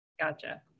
Gotcha